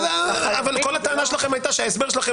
אבל כל הטענה שלכם הייתה שההסבר שלכם